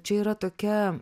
čia yra tokia